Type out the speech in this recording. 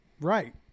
right